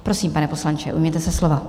Prosím, pane poslanče, ujměte se slova.